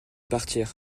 partir